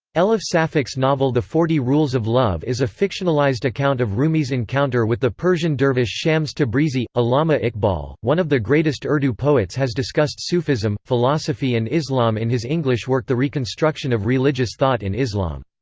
elif safak's novel the forty rules of love is a fictionalized account of rumi's encounter with the persian dervish shams tabrizi allama iqbal, one of the greatest urdu poets has discussed sufism, philosophy and islam in his english work the reconstruction of religious thought in islam.